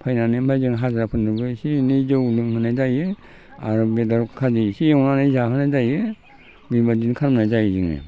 फानहैनानै जों हाजिराफोरनोबो इसे एनै जौ लोंहोनाय जायो आरो बे दाउ खाजि एसे एवनानै जाहोनाय जायो बिबादिनो खालामनाय जायो जोङो